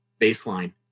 baseline